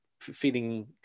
feeling